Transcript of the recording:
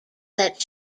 that